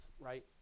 right